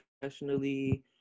professionally